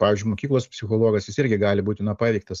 pavyzdžiui mokyklos psichologas jis irgi gali būti na paveiktas